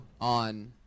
on